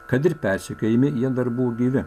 kad ir persekiojami jie dar buvo gyvi